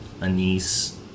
anise